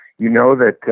you know that